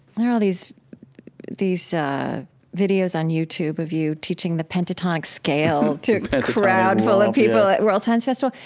there are all these these videos on youtube of you teaching the pentatonic scale to a crowd full of people at world science festival.